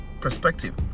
perspective